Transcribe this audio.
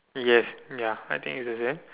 yes ya I think is the same